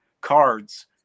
cards